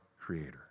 creator